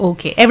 Okay